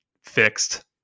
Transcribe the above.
fixed